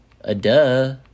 A-duh